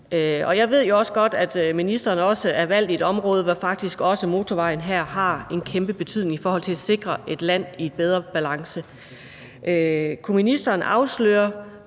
Og jeg ved jo også godt, at ministeren er valgt i et område, hvor motorvejen her faktisk har en kæmpe betydning i forhold til at sikre et land i bedre balance. Man har vel også en